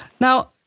Now